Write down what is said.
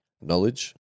knowledge